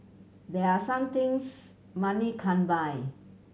there are some things money can't buy